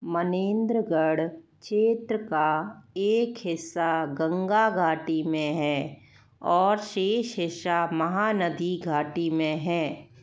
मनेंद्रगढ़ क्षेत्र का एक हिस्सा गंगा घाटी में है और शेष हिस्सा महानदी घाटी में है